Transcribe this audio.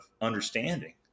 understanding